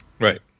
Right